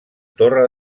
torre